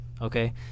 Okay